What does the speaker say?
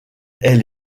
elle